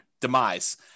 demise